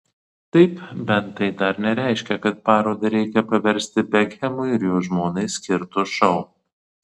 taip bet tai dar nereiškia kad parodą reikia paversti bekhemui ir jo žmonai skirtu šou